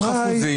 מאוד חפוזים,